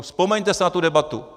Vzpomeňte si na tu debatu.